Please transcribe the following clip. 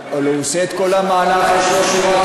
הלוא הוא עושה את כל המהלך, הרווח.